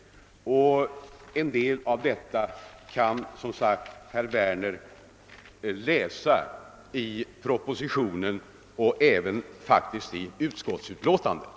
Om en del av detta kan herr Werner som sagt läsa i propositionen och även i utskottsutlåtandet.